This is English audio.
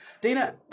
Dana